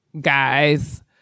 guys